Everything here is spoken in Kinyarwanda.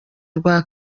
rwa